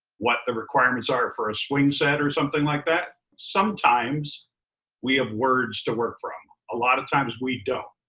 what the requirements are for a swing set or something like that. sometimes we have words to work from, a lot of times we don't.